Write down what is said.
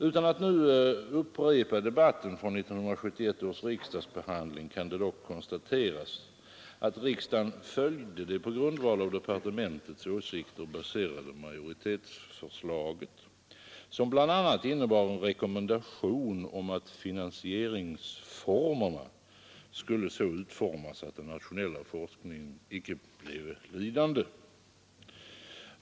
Utan att nu upprepa debatten vid 1971 års riksdagsbehandling kan det konstateras att riksdagen följde det på departementets åsikter baserade majoritetsförslaget, som bl.a. innebar en rekommendation att finansieringsformerna skulle så utformas att den nationella forskningen ej blev lidande.